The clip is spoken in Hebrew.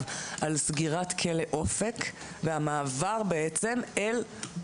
על סגירת כלא אופק והמעבר לרימונים.